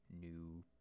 new